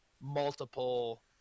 multiple